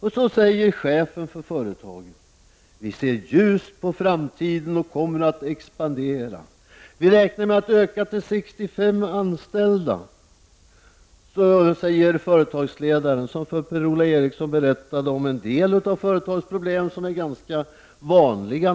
Chefen för företaget berättade för Per-Ola Eriksson om en del av företagets problem, bl.a. brist på utbildade svetsare och hög sjukfrånvaro. Han sade sedan: ”Vi ser ljust på framtiden och kommer att expandera.